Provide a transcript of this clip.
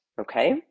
okay